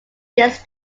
this